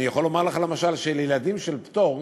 אני יכול לומר לך, למשל, שלילדים של פטור,